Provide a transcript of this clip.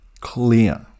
clear